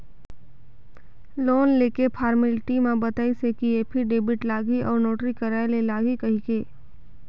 loan लेके formality म बताइस हे कि एफीडेबिड लागही अउ नोटरी कराय ले लागही कहिके